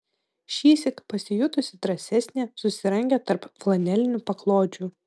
šįsyk pasijutusi drąsesnė susirangė tarp flanelinių paklodžių